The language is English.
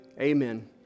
amen